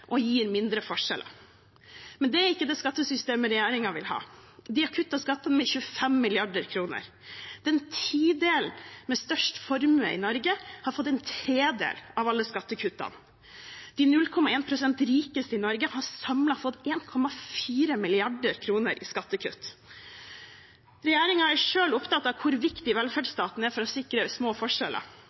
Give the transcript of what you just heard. og gir mindre forskjeller. Men det er ikke det skattesystemet regjeringen vil ha. De har kuttet skatter med 25 mrd. kr. Tidelen med størst formue i Norge har fått en tredel av alle skattekuttene. De 0,1 pst. rikeste i Norge har samlet fått 1,4 mrd. kr i skattekutt. Regjeringen er selv opptatt av hvor viktig velferdsstaten er for å sikre små forskjeller.